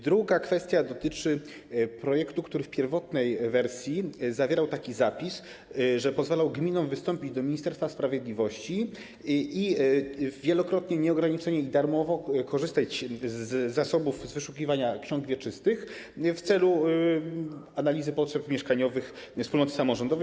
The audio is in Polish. Druga kwestia dotyczy projektu, który w pierwotnej wersji zawierał zapis pozwalający gminom wystąpić do Ministerstwa Sprawiedliwości i wielokrotnie, nieograniczenie i darmowo korzystać z zasobów, z wyszukiwania ksiąg wieczystych w celu analizy potrzeb mieszkaniowych wspólnoty samorządowej.